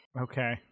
Okay